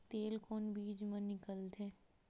तेल कोन बीज मा निकलथे?